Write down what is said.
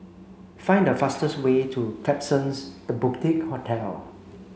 find the fastest way to Klapsons The Boutique Hotel